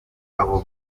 abo